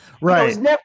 right